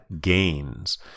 gains